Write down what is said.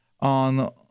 on